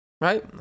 right